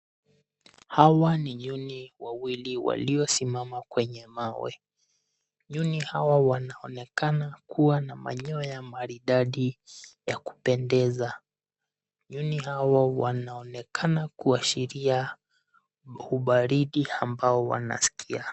Hawa ni nyuni wawili waliosimama kwenye mawe. Nyuni hawa wanaonekana kuwa na manyoya maridadi ya kupendeza. Nyuni hao wanaonekana kuashiria baridi ambao wanasikia.